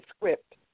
script